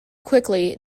quickly